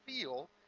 feel